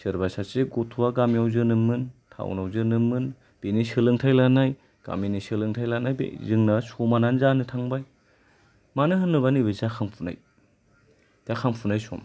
सोरबा सासे गथ'आ गामियाव जोनोम मोन टाउनाव जोनोम मोन बिनि सोलोंथाय लानाय गामिनि सोलोंथाय लानाय बे जोंना समानानो जानो थांबाय मानो होनोबा नैबे जाखांफुनाय जाखांफुनाय सम